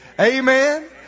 Amen